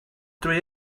drwy